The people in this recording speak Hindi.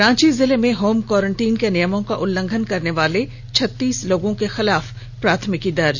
रांची जिले में होम क्वारेंटाइन के नियमों का उल्लंघन करने वाले छत्तीस लोगों के खिलाफ प्राथमिकी दर्ज